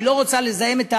והיא לא רוצה לזהם את האוויר,